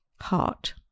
heart